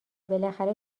بالاخره